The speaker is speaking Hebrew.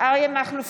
אריה מכלוף